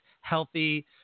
healthy